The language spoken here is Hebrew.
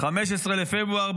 ב-15 בפברואר,